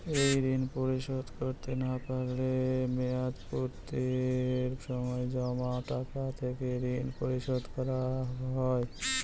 এই ঋণ পরিশোধ করতে না পারলে মেয়াদপূর্তির সময় জমা টাকা থেকে ঋণ পরিশোধ করা হয়?